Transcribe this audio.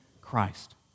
Christ